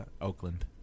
oakland